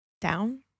down